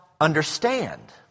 understand